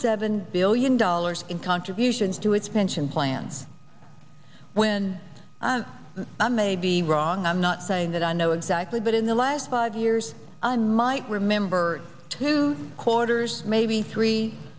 seven billion dollars in contributions to its pension plan when i may be wrong i'm not saying that i know exactly but in the last five years and might remember two quarters maybe three